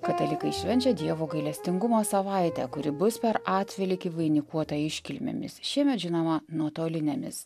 katalikai švenčia dievo gailestingumo savaitę kuri bus per atvelykį vainikuota iškilmėmis šiemet žinoma nuotolinėmis